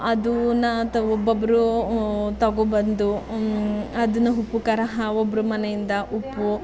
ಅದನ್ನ ತಗೊ ಒಬ್ಬೊಬ್ಬರು ತಗೊ ಬಂದು ಅದನ್ನ ಉಪ್ಪು ಖಾರ ಒಬ್ಬರು ಮನೆಯಿಂದ ಉಪ್ಪು